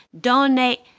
Donate